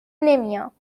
نمیام